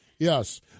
Yes